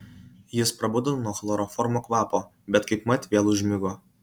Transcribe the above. jis prabudo nuo chloroformo kvapo bet kaipmat vėl užmigo